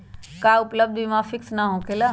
का उपलब्ध बीमा फिक्स न होकेला?